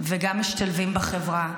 וגם משתלבים בחברה,